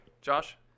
Josh